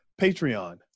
Patreon